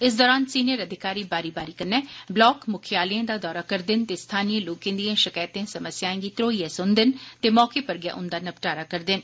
इस दौरान सीनियर अधिकारी बारी बारी कन्नै ब्लाक मुख्यालयें दा दौरा करदे न ते स्थानीय लोकें दियें शकैतें समस्याएं गी त्रोइयै सुनदे न ते मौके पर गै उन्दा नपटारा करदे न